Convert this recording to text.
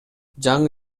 жаңы